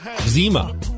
Zima